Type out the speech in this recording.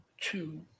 two